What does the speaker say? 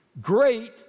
great